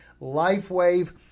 LifeWave